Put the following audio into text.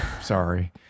Sorry